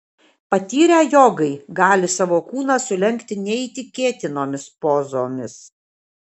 patyrę jogai gali savo kūną sulenkti neįtikėtinomis pozomis